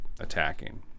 Attacking